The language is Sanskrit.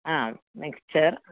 हा मिक्चर्